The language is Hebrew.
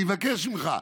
אני מבקש ממך.